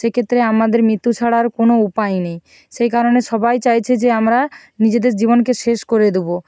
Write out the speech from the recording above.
সে ক্ষেত্রে আমাদের মৃত্যু ছাড়া আর কোনো উপায় নেই সেই কারণে সবাই চাইছে যে আমরা নিজেদের জীবনকে শেষ করে দেবো